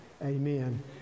Amen